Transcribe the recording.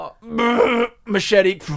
machete